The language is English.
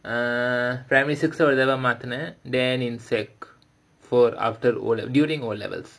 uh primary six மாத்துனேன்:maathunaen then in secondary four after O during O levels